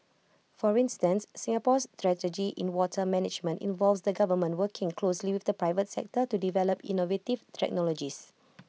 for instance Singapore's strategy in water management involves the government working closely with the private sector to develop innovative check knowledges